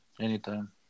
Anytime